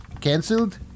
cancelled